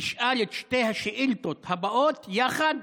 אשאל את שתי השאילתות הבאות יחד,